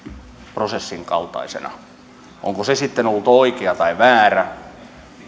prosessin kaltaisena onko se sitten ollut oikea vai väärä